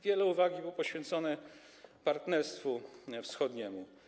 Wiele uwagi było poświęcone Partnerstwu Wschodniemu.